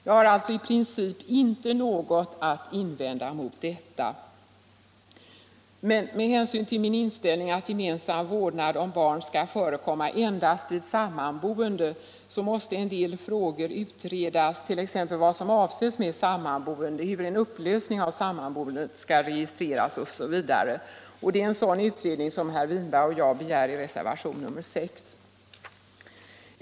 Jag har alltså i princip inte något att invända mot detta. Med hänsyn till min inställning att gemensam vårdnad om barn skall förekomma endast vid sammanboende måste emellertid en del frågor utredas, t.ex. vad som avses med sammanboende och hur en upplösning av sammanboendet skall registreras. Det är en sådan utredning som herr Winberg och jag begär i reservationen 6.